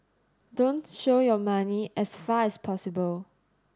don't show your money as far as possible